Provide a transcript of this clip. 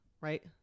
right